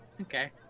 Okay